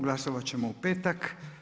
Glasovat ćemo u petak.